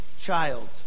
child